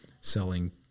selling